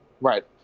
Right